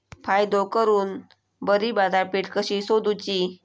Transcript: फायदो करून बरी बाजारपेठ कशी सोदुची?